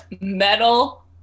metal